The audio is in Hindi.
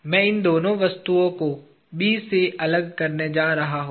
मैं इन दो वस्तुओं को B से अलग करने जा रहा हूँ